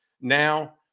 now